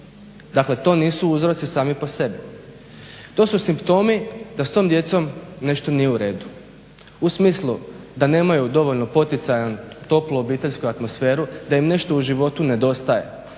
Dakle, to nisu uzroci sami po sebi. To su simptomi da s tom djecom nešto nije u redu. U smislu da nemaju dovoljno poticajnu toplu obiteljsku atmosferu, da im nešto u životu nedostaje.